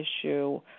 issue